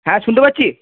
হ্যাঁ শুনতে পাচ্ছি